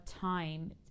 time